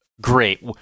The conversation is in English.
great